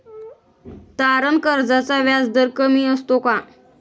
तारण कर्जाचा व्याजदर कमी असतो का?